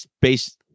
based